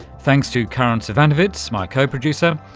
thanks to karin zsivanovits my co-producer,